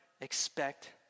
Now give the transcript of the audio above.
expect